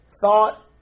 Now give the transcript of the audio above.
thought